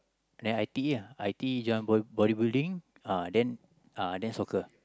then I_T_E lah I_T_E join bodybuilding then soccer